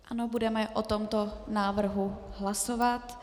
Ano, budeme o tomto návrhu hlasovat.